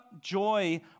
joy